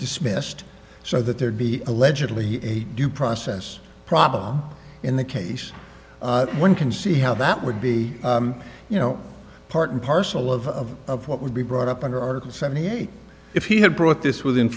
dismissed so that there'd be allegedly a due process problem in the case one can see how that would be you know part and parcel of what would be brought up under article seventy eight if he had brought this within